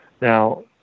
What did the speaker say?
Now